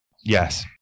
Yes